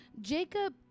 Jacob